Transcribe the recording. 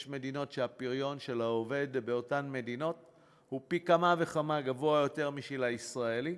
יש מדינות שהפריון של העובד בהן גבוה פי כמה וכמה משל הישראלי.